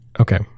Okay